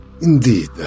indeed